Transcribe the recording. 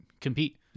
compete